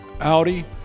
Audi